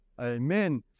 Amen